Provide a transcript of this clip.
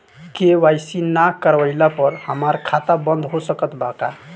KYC ना करवाइला पर हमार खाता बंद हो सकत बा का?